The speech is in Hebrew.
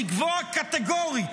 לקבוע קטגורית,